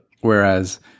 Whereas